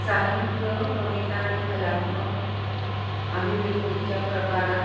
साहित्य कविता आणि कलात्मक अभिव्यक्तीच्या प्रकारात